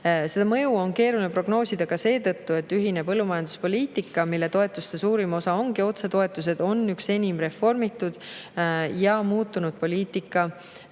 Seda mõju on keeruline prognoosida ka seetõttu, et ühine põllumajanduspoliitika, mille toetuste suurim osa on otsetoetused, on üks enim reformitud ja muutunud poliitikaid